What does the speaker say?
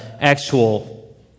actual